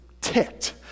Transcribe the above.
ticked